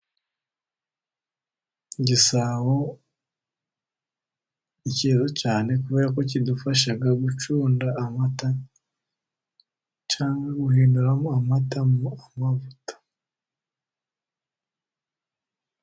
Igisabo ni cyiza cyane kubera ko kidufasha gucunda amata cyangwa se guhinduramo amata mu amavuta.